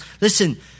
Listen